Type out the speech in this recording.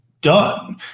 done